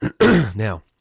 Now